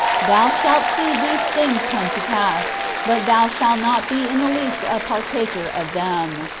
thou shalt see these things come to pass, but thou shalt not be in the least a partaker of them.